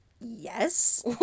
yes